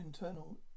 internal